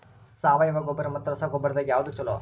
ಸಾವಯವ ಗೊಬ್ಬರ ಮತ್ತ ರಸಗೊಬ್ಬರದಾಗ ಯಾವದು ಛಲೋ?